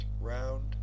round